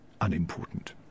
unimportant